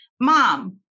mom